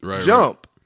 Jump